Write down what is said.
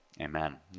amen